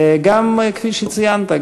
כפי שציינת,